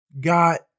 got